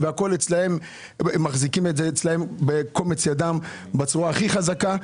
הם מחזיקים את זה אצלם בצורה הכי חזקה.